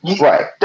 Right